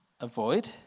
avoid